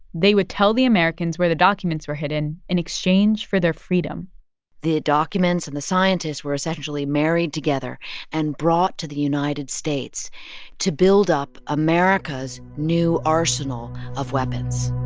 they would tell the americans where the documents were hidden in exchange for their freedom the documents and the scientists were, essentially, married together and brought to the united states to build up america's new arsenal of weapons